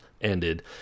ended